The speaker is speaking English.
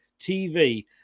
TV